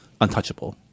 untouchable